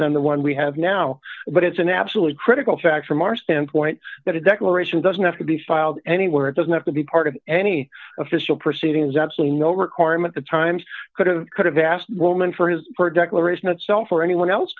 than the one we have now but it's an absolutely critical fact from our standpoint that a declaration doesn't have to be filed anywhere it doesn't have to be part of any official proceedings absolutely no requirement the times could of could have asked the woman for his for a declaration itself or anyone else